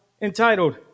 entitled